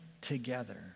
together